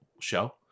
show